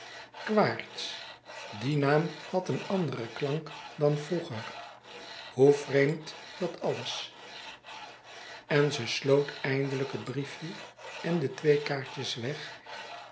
quaerts die naam had een anderen klank dan vroeger hoe vreemd dat alles en ze sloot eindelijk het briefje en de twee kaartjes weg